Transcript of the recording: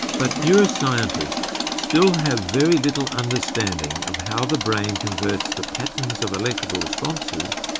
but neuroscientists still have very little understanding of how the brain converts the patterns of electrical responses,